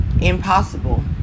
Impossible